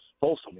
Folsom